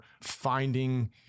finding